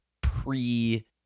pre